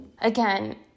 again